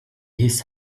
his